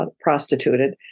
prostituted